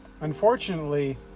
Unfortunately